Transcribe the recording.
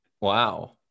Wow